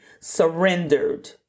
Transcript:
surrendered